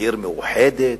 עיר מאוחדת,